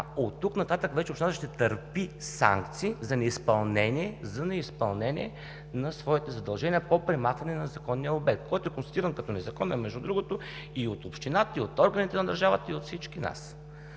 оттук нататък общината ще търпи санкции за неизпълнение на своите задължения по премахване на незаконния обект, който е констатиран като незаконен и от общината, и от органите на държавата, и от всички нас.